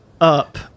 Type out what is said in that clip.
up